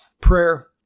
Prayer